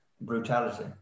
brutality